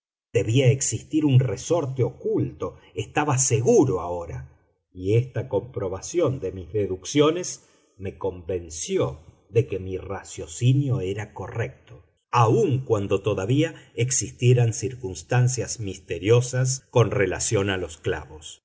debía existir un resorte oculto estaba seguro ahora y esta comprobación de mis deducciones me convenció de que mi raciocinio era correcto aun cuando todavía existieran circunstancias misteriosas con relación a los clavos